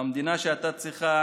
והמדינה שהייתה צריכה